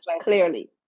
clearly